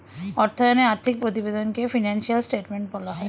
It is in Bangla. অর্থায়নে আর্থিক প্রতিবেদনকে ফিনান্সিয়াল স্টেটমেন্ট বলা হয়